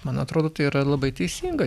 man atrodo tai yra labai teisinga